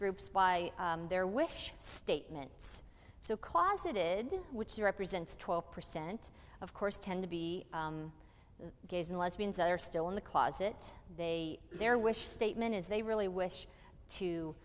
groups by their wish statements so closeted which represents twelve percent of course tend to be the gays and lesbians that are still in the closet they their wish statement is they really wish to